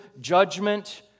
judgment